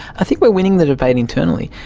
i think we are winning the debate internally.